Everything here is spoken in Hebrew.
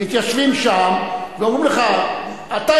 מתיישבים שם ואומרים לך: אתה,